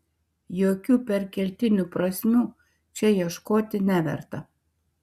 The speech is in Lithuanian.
jokių perkeltinių prasmių čia ieškoti neverta